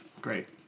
great